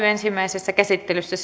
ensimmäisessä käsittelyssä